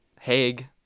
Haig